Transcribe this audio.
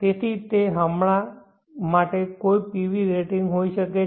તેથી તે હમણાં માટે કોઈ PV રેટિંગ હોઈ શકે છે